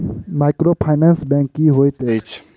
Microfinance bank की होइत अछि?